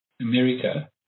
America